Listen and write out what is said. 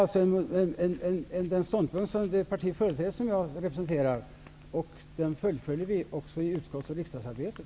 Detta är den ståndpunkt som företräds av det parti som jag representerar och den fullföljer vi också i utskottsoch riksdagsarbetet.